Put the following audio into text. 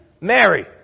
Mary